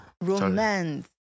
Romance